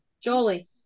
Jolie